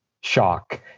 shock